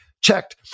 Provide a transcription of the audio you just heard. checked